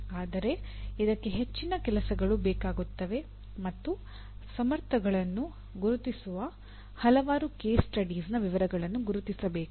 ಆದರೆ ಇದಕ್ಕೆ ಹೆಚ್ಚಿನ ಕೆಲಸಗಳು ಬೇಕಾಗುತ್ತವೆ ಮತ್ತು ಸಮರ್ಥಗಳನ್ನು ಗುರುತಿಸುವ ಹಲವಾರು ಕೇಸ್ ಸ್ಟಡೀಸ್ನ ವಿವರಗಳನ್ನು ಗುರುತಿಸಬೇಕು